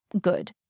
good